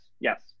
Yes